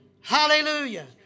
Hallelujah